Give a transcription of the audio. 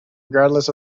regardless